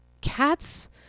cats